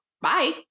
Bye